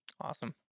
Awesome